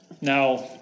Now